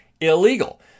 illegal